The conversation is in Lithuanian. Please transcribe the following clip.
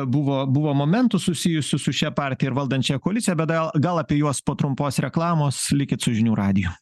buvo buvo momentų susijusių su šia partija ir valdančiąja koalicija bet dal gal apie juos po trumpos reklamos likit su žinių radiju